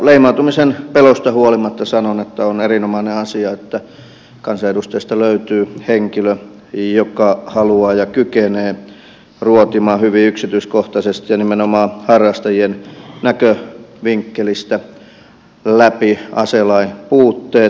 leimaantumisen pelosta huolimatta sanon että on erinomainen asia että kansanedustajista löytyy henkilö joka haluaa ruotia ja kykenee ruotimaan hyvin yksityiskohtaisesti ja nimenomaan harrastajien näkövinkkelistä läpi aselain puutteet